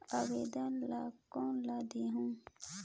आवेदन ला कोन ला देहुं?